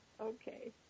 Okay